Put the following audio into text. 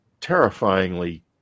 terrifyingly